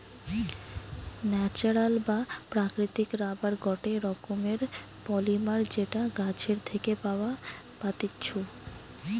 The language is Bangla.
ন্যাচারাল বা প্রাকৃতিক রাবার গটে রকমের পলিমার যেটা গাছের থেকে পাওয়া পাত্তিছু